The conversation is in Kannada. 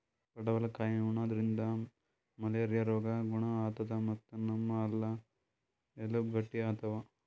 ಪಡವಲಕಾಯಿ ಉಣಾದ್ರಿನ್ದ ಮಲೇರಿಯಾ ರೋಗ್ ಗುಣ ಆತದ್ ಮತ್ತ್ ನಮ್ ಹಲ್ಲ ಎಲಬ್ ಗಟ್ಟಿ ಆತವ್